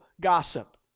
gossip